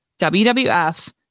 WWF